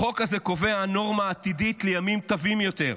החוק הזה קובע נורמה עתידית לימים טובים יותר.